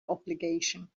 obligation